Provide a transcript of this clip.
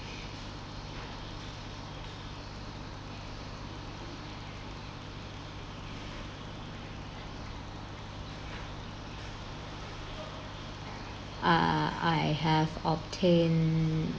uh I have obtained